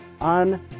on